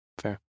Fair